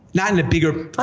not in a bigger